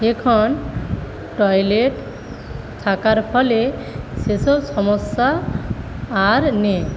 এখন টয়লেট থাকার ফলে সেসব সমস্যা আর নেই